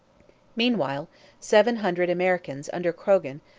meanwhile seven hundred americans under croghan,